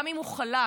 גם אם הוא חלק,